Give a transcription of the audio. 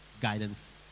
guidance